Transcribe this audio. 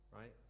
right